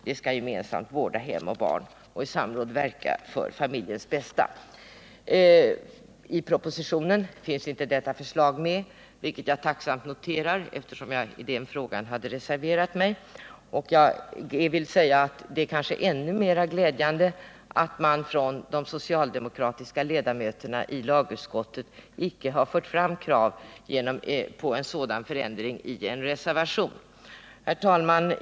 De skall - gemensamt vårda hem och barn och i samråd verka för familjens bästa.” I propositionen finns inte detta förslag med, vilket jag tacksamt noterar, eftersom jag hade reserverat mig på den punkten. Ännu mer glädjande är det att de socialdemokratiska ledamöterna i lagutskottet icke har fört fram krav på en sådan förändring i en reservation. Herr talman!